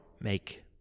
make –